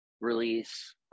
release